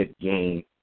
game